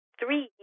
three